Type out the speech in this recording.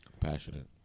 compassionate